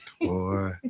Boy